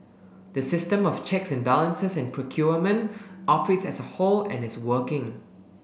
the system of checks and balances in procurement operates as a whole and is working